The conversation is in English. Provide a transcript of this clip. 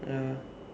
ya